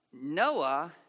Noah